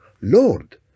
Lord